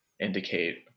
indicate